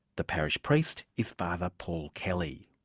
the parish priest is father paul kelly.